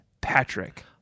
patrick